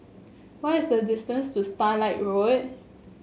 what is the distance to Starlight Road